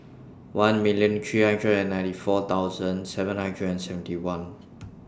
one million three hundred and ninety four thousand seven hundred and seventy one